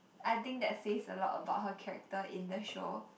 I think that says a lot about her character in the show